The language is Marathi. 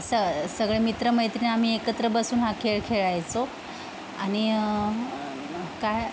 स सगळे मित्रमैत्रीण आम्ही एकत्र बसून हा खेळ खेळायचो आणि काय